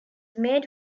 made